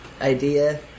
idea